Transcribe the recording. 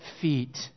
feet